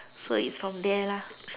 so it's from there lah